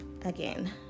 again